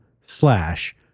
slash